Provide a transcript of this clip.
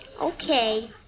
Okay